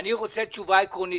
אני רוצה תשובה עקרונית.